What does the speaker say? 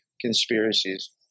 conspiracies